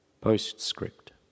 Postscript